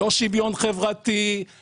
לא שוויון חברתי,